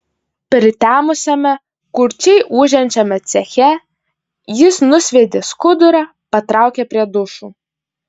pritemusiame kurčiai ūžiančiame ceche jis nusviedė skudurą patraukė prie dušų